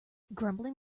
grumbling